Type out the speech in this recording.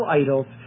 idols